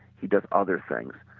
he does other things.